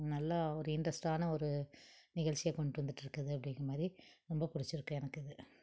நல்லா ஒரு இன்ட்ரஸ்ட்டான ஒரு நிகழ்ச்சியாக கொண்டு வந்துகிட்ருக்குது அப்படிங்கிறமாரி ரொம்ப பிடிச்சிருக்கு எனக்கு அது